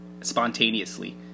Spontaneously